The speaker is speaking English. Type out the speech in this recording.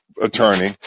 attorney